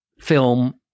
film